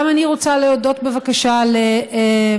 גם אני רוצה להודות בבקשה לגור,